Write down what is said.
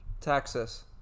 texas